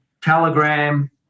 telegram